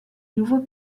nouveau